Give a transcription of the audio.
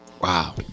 Wow